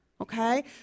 okay